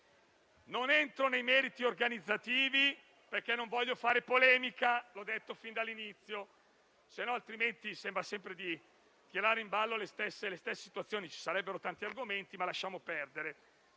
Non entro nel merito degli aspetti organizzativi, perché non voglio fare polemica; l'ho detto fin dall'inizio, altrimenti sembra di tirare in ballo sempre le stesse situazioni. Ci sarebbero tanti argomenti, ma lasciamo perdere.